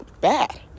bad